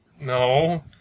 No